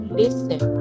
listen